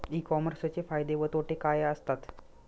E कॉमर्सचे फायदे व तोटे काय असतात?